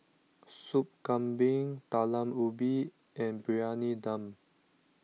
Soup Kambing Talam Ubi and Briyani Dum